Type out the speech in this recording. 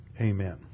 Amen